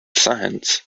science